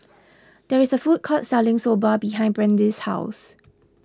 there is a food court selling Soba behind Brandee's house